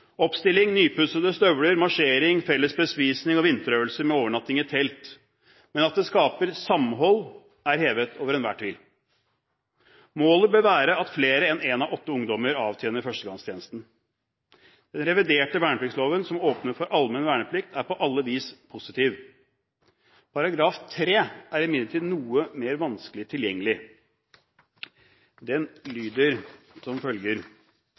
oppstilling, nypussede støvler, marsjering, felles bespisning og vinterøvelse med overnatting i telt, men at det skaper samhold, er hevet over enhver tvil. Målet bør være at flere enn én av åtte ungdommer avtjener førstegangstjenesten. Den reviderte vernepliktsloven som åpner for allmenn verneplikt, er på alle vis positiv. Paragraf 3 er imidlertid noe mer vanskelig tilgjengelig. Den lyder som følger: